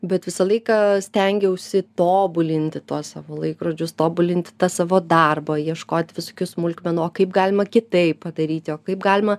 bet visą laiką stengiausi tobulinti tuos savo laikrodžius tobulinti tą savo darbą ieškoti visokių smulkmenų o kaip galima kitaip padaryti o kaip galima